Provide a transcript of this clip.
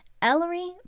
Ellery